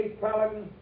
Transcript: Paladin